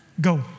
Go